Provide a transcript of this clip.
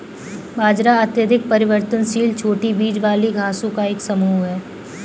बाजरा अत्यधिक परिवर्तनशील छोटी बीज वाली घासों का एक समूह है